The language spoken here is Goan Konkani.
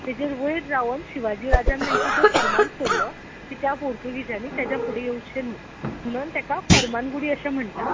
तेजेर वयर रावन शिवाजी राजान तेंकां खंय फर्मान सोडलो की त्या पोर्तुगिजांनी तेज्या फुडें येवचें न्हय म्हणून तेका फर्मान गुडी अशे म्हणटात